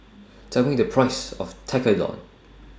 Tell Me The Price of Tekkadon